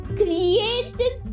created